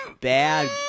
bad